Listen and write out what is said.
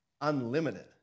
unlimited